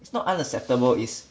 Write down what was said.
it's not unacceptable it's